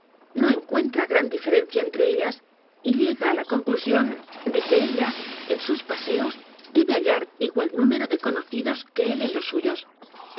o encuentra gran diferencia entre ellas y llega á la conclusión de que ella en sus paseos debe hallar igual número de conocidos que él en los suyos